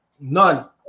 none